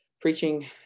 preaching